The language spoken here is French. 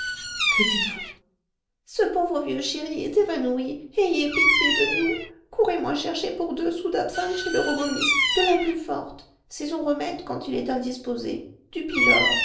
que dites-vous ce pauvre vieux chéri est évanoui ayez pitié de nous courez moi chercher pour deux sous d'absinthe chez le rogomiste de la plus forte c'est son remède quand il est indisposé du pylore